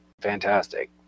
fantastic